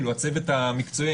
הצוות המקצועי,